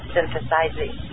Synthesizing